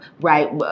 Right